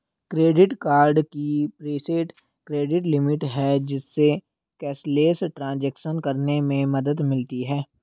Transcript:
credit card की preset credit limit है, जिससे कैशलेस ट्रांज़ैक्शन करने में मदद मिलती है